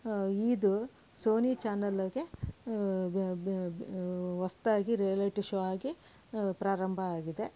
ಇದು ಸೋನಿ ಚಾನೆಲ್ಗೆ ಹೊಸದಾಗಿ ರಿಯಾಲಿಟಿ ಶೋ ಆಗಿ ಪ್ರಾರಂಭ ಆಗಿದೆ